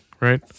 right